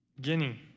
Guinea